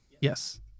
Yes